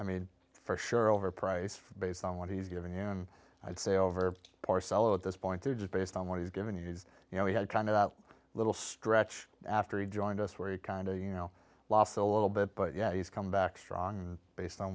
i mean for sure overpriced based on what he's given i'd say over par selo at this point they're just based on what he's given us you know he had kind of that little stretch after he joined us where he kind of you know lost a little bit but yeah he's come back strong based on